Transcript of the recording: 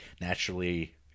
naturally